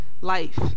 life